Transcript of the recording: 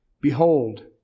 Behold